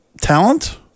talent